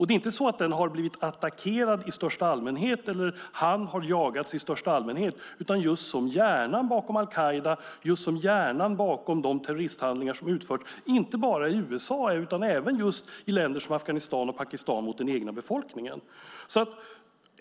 Det är inte så att den har blivit attackerad i största allmänhet eller att han har jagats i största allmänhet, utan det är just som hjärnan bakom al-Qaida, just som hjärnan bakom de terroristhandlingar som utförts, inte bara i USA utan även i länder som Afghanistan och Pakistan mot den egna befolkningen.